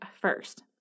first